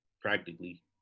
Practically